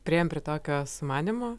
priėjom prie tokio sumanymo